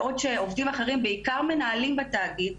בעוד שעובדים אחרים ובעיקר מנהלים בתאגיד,